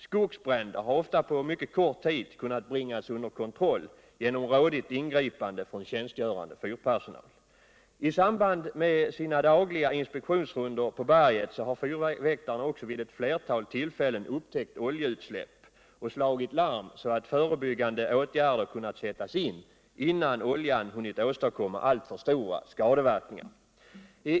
Skogsbränder har på mycket kort tid kunnat bringas under kontroll genom rådigt ingripande från tjänstgörande fyrpersonal. I samband med sina dagliga inspektionsrundor på berget har fyrväktarna också vid ett flertal tillfällen upptäckt oljeutsläpp och slagit larm, så att förebyggande åtgärder kunnat sättas in innan oljan hunnit åstadkomma alltför stora skadeverkningar.